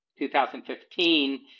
2015